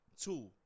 Two